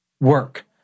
work